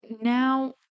now